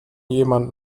jemand